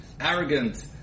arrogant